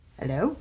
Hello